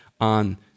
on